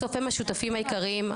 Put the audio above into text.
בסוף הם השותפים העיקריים,